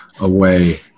away